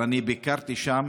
אבל אני ביקרתי שם